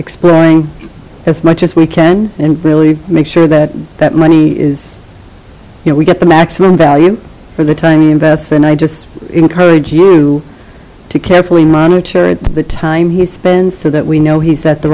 exploring as much as we can and really make sure that that money is you know we get the maximum value for the time invest and i just encourage you to carefully monitor the time he spends so that we know he set th